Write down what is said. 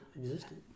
existed